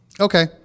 okay